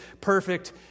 perfect